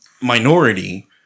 minority